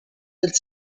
del